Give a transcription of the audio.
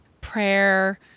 prayer